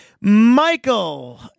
Michael